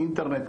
האינטרנט,